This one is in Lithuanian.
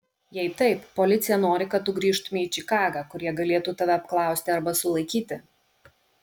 jei taip policija nori kad tu grįžtumei į čikagą kur jie galėtų tave apklausti arba sulaikyti